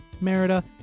Merida